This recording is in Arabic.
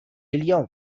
اليوم